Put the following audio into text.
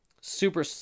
Super